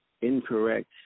incorrect